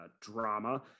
drama